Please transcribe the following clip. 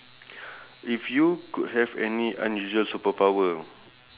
if you could have any unusual superpower